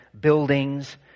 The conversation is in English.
buildings